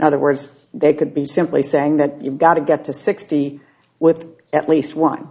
other words they could be simply saying that you've got to get to sixty with at least one